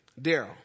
Daryl